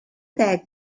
ddeg